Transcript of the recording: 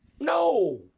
No